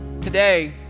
Today